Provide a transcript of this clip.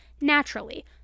Naturally